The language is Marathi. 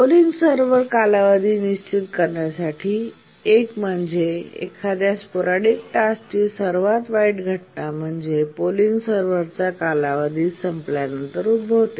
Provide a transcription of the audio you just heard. पोलिंग सर्व्हरचा कालावधी निश्चित करण्यासाठी एक म्हणजे एखाद्या स्पोरॅडिक टास्कची सर्वात वाईट घटना म्हणजे पोलिंग सर्व्हरचा कालावधी संपल्यानंतर उद्भवते